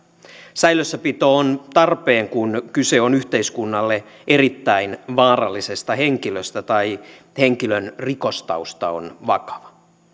säilössäpito on tarpeen kun kyse on yhteiskunnalle erittäin vaarallisesta henkilöstä tai henkilön rikostausta on vakava